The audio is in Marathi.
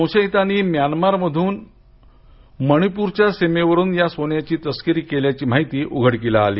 संशयितांनी म्यानमार येथून मणिपूरच्या सीमेवरून या सोन्याची तस्करी केल्याची माहिती उघडकीस आली